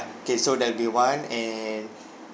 K so that will be one and